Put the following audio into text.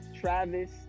Travis